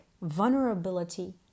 vulnerability